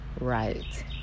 right